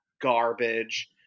garbage